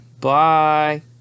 Bye